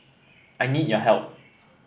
I need your help